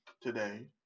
today